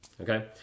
Okay